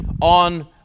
on